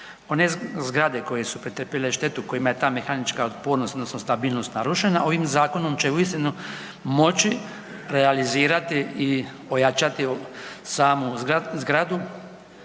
One zgrade koje su pretrpjele štetu kojima je ta mehanička otpornost odnosno stabilnost narušena ovim zakonom će uistinu moći realizirati i ojačati samu zgradu,